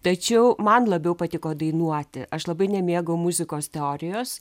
tačiau man labiau patiko dainuoti aš labai nemėgau muzikos teorijos